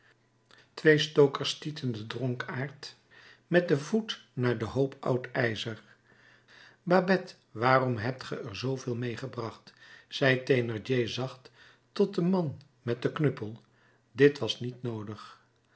twee stokers stieten den dronkaard met den voet naar den hoop oud ijzer babet waarom hebt ge er zooveel meêgebracht zei thénardier zacht tot den man met den knuppel dit was niet noodig